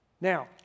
Now